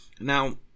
Now